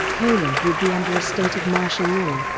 poland would be under a state of martial law,